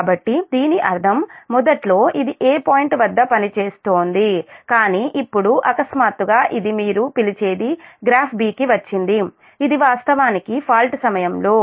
కాబట్టి దీని అర్థం మొదట్లో ఇది 'a' పాయింట్ వద్ద పనిచేస్తోంది కానీ ఇప్పుడు అకస్మాత్తుగా ఇది మీరు పిలిచేది గ్రాఫ్ B కి వచ్చింది ఇది వాస్తవానికి ఫాల్ట్ సమయంలో